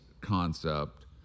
concept